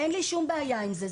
אין לי שום בעיה עם זה,